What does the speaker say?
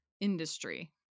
industry